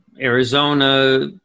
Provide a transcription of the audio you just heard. Arizona